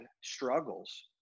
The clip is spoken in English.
struggles